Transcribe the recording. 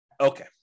Okay